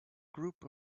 group